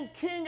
king